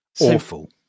awful